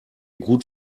gut